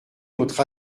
notre